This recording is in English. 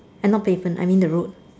and not pavement I mean the roada